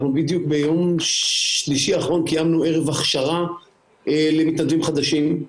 אנחנו בדיוק ביום שלישי האחרון קיימנו ערב הכשרה למתנדבים חדשים.